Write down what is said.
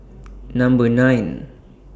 Number nine